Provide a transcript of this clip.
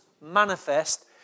manifest